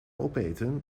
opeten